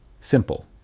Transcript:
Simple